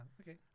Okay